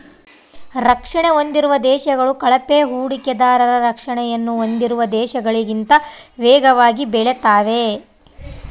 ರಕ್ಷಣೆ ಹೊಂದಿರುವ ದೇಶಗಳು ಕಳಪೆ ಹೂಡಿಕೆದಾರರ ರಕ್ಷಣೆಯನ್ನು ಹೊಂದಿರುವ ದೇಶಗಳಿಗಿಂತ ವೇಗವಾಗಿ ಬೆಳೆತಾವೆ